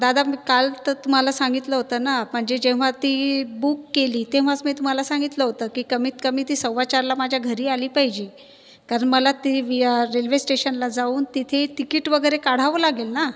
दादा मी काल तर तुम्हाला सांगितलं होतं ना म्हणजे जेव्हा ती बुक केली तेव्हाच मी तुम्हाला सांगितलं होतं की कमीतकमी ती सव्वाचारला माझ्या घरी आली पाहिजे कारण मला ती वी आर रेल्वे स्टेशनला जाऊन तिथे तिकीट वगैरे काढावं लागेल ना